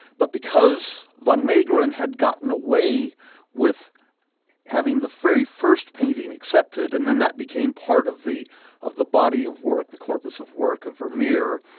but because van meegeren had gotten away with having the very first painting accepted, and then that became part of the of the body of work, the corpus of work of vermeer,